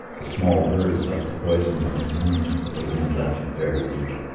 the small bird sucked the poison from his wound, but the wound left him very weak.